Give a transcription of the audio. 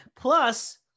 Plus